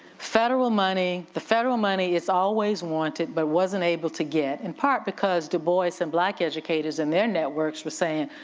federal money, the federal money is always wanted, but wasn't able to get, in part because the boys and black educators and their networks were saying,